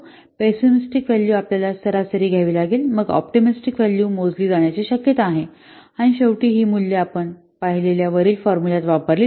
pessimistic value आपल्याला सरासरी घ्यावी लागेल आणि मग ऑप्टिमिस्टिक व्हॅल्यू मोजले जाण्याची शक्यता आहे आणि शेवटी ही मूल्ये आपण पाहिलेल्या वरील फॉर्मुल्यात वापरली जातात